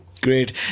Great